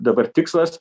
dabar tikslas